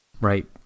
Right